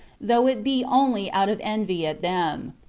though it be only out of envy at them.